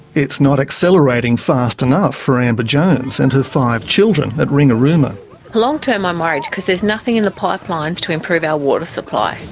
it's not accelerating fast enough for amber jones and her five children at ringarooma long-term i'm worried because there's nothing in the pipeline to improve our water supply.